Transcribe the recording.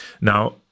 Now